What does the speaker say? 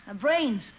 brains